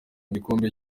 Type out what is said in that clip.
gikombe